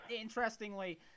interestingly